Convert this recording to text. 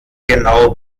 genau